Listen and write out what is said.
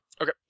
Okay